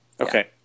Okay